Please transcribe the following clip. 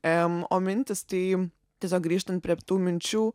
em o mintys tai tiesiog grįžtant prie tų minčių